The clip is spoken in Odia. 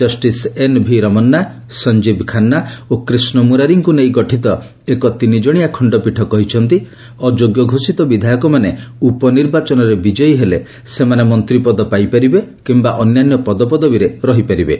ଜଷ୍ଟିସ୍ ଏନ୍ଭି ରମନ୍ନା ସଞ୍ଜୀବ ଖାନ୍ନା ଓ କ୍ରିଷ୍ଣ ମୁରାରୀଙ୍କୁ ନେଇ ଏକ ତିନିଜଣିଆ ଖଣ୍ଡପୀଠ କହିଛନ୍ତି ଅଯୋଗ୍ୟ ଘୋଷିତ ବିଧାୟକମାନେ ଉପନିର୍ବାଚନରେ ବିଜୟୀ ହେଲେ ସେମାନେ ମନ୍ତ୍ରୀପଦ ପାଇପାରିବେ କିମ୍ବା ଅନ୍ୟାନ୍ୟ ପଦପଦବୀରେ ରହିପାରିବେ